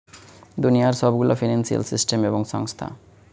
দুনিয়ার সব গুলা ফিন্সিয়াল সিস্টেম এবং সংস্থা